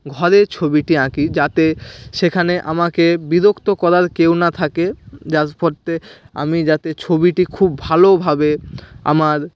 ঘরে ছবিটি আঁকি যাতে সেখানে আমাকে বিরক্ত করার কেউ না থাকে আমি যাতে ছবিটি খুব ভালোভাবে আমার